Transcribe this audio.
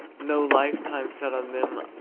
no lifetime set on them,